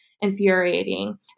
infuriating